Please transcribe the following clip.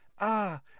Ah